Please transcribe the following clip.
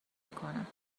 میکنم